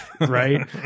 right